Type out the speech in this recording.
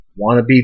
wannabe